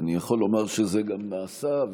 אני יכול לומר שזה גם נעשה,